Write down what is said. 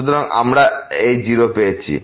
সুতরাং আমরা এই 0 পেয়েছি